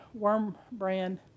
Wormbrand